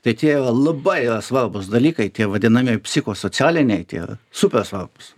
tai tie yra labai yra svarbūs dalykai tie vadinami psichosocialiniai tie super svarbūs